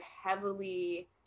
heavily